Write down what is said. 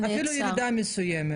אפילו ירידה מסוימת.